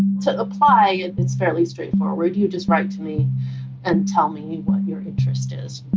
to apply, and it's fairly straightforward you just write to me and tell me what your interest is,